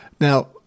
Now